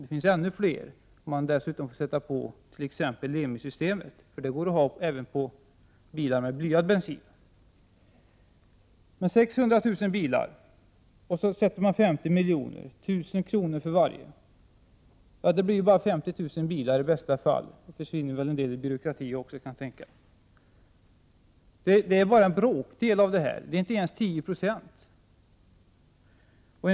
Det finns ännu fler om man dessutom får sätta på t.ex. Lemisystemet, för det går att ha även på bilar med blyad bensin. 600 000 bilar finns det, och regeringen sätter bidragsramen till 50 miljoner. Man ger 1 000 kr. till varje bil. Det blir bara 50 000 bilar i bästa fall. Det försvinner väl en del pengar i byråkratin också kan jag tänka. 50 miljoner räcker bara till en bråkdel, inte ens 10 96, av bilbeståndet.